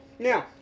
Now